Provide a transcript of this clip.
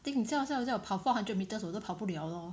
I think 你叫我叫我叫我跑 four hundred metres 我都跑不了 lor